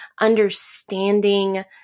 understanding